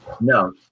No